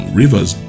rivers